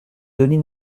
denis